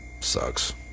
Sucks